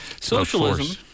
socialism